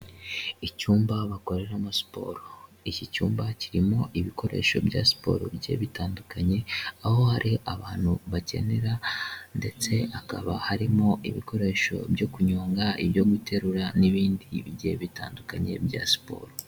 Icyumba bakoreramo siporo, iki cyumba kirimo ibikoresho bya siporo bye bitandukanye, aho hari abantu bakenera ndetse hakaba harimo ibikoresho byo kunyonga, ibyo guterura n'ibindi bigiye bitandukanye bya siporo.